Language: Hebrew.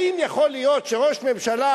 האם יכול להיות שראש ממשלה,